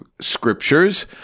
scriptures